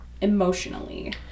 emotionally